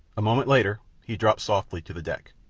a moment later he dropped softly to the deck.